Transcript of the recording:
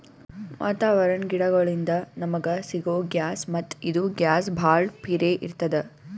ವಾತಾವರಣದ್ ಗಿಡಗೋಳಿನ್ದ ನಮಗ ಸಿಗೊ ಗ್ಯಾಸ್ ಮತ್ತ್ ಇದು ಗ್ಯಾಸ್ ಭಾಳ್ ಪಿರೇ ಇರ್ತ್ತದ